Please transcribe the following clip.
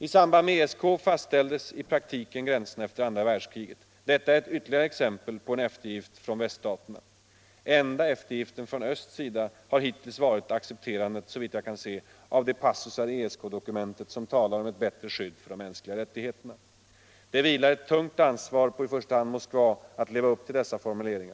I samband med ESK fastställdes i praktiken gränserna efter andra världskriget. Detta är ett ytterligare exempel på en eftergift från väststaterna. Enda eftergiften från öst har hittills varit accepterandet, såvitt jag kan se, av de passusar i ESK-dokumentet som talar om ett bättre Nr 110 skydd för de mänskliga rättigheterna. Det vilar ett tungt ansvar på i — Tisdagen den första hand Moskva att leva upp till dessa formuleringar.